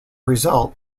result